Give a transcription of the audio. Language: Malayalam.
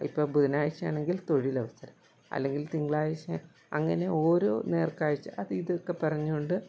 ഇപ്പോൾ ബുധനാഴ്ച ആണെങ്കിൽ തൊഴിലവസരം അല്ലെങ്കിൽ തിങ്കളാഴ്ച അങ്ങനെ ഓരോ നേർകാഴ്ച അത് ഇതൊക്കെ പറഞ്ഞുകൊണ്ട്